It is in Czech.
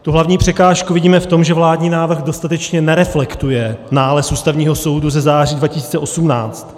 Tu hlavní překážku vidíme v tom, že vládní návrh dostatečně nereflektuje nález Ústavního soudu ze září 2018.